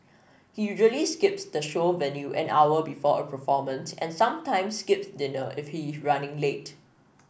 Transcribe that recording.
he usually skips the show venue an hour before a performance and sometimes skips dinner if he is running late